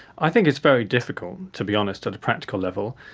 i think it's very difficult, to be honest, at a practical level.